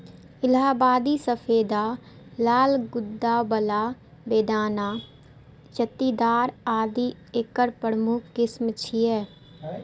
इलाहाबादी सफेदा, लाल गूद्दा बला, बेदाना, चित्तीदार आदि एकर प्रमुख किस्म छियै